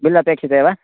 bill अपेक्षते वा